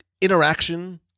interaction